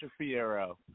Fierro